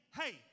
hey